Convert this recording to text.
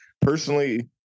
personally